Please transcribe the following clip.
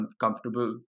comfortable